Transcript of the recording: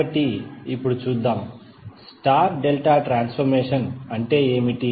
కాబట్టి ఇప్పుడు చూద్దాం స్టార్ డెల్టా ట్రాన్స్ఫర్మేషన్ అంటే ఏమిటి